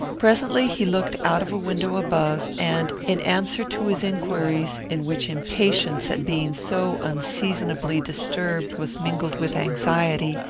presently he looked out of a window above, and, in answer to his inquiries, in which impatience at being so unseasonably disturbed was mingled with anxiety,